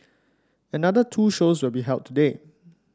another two shows will be held today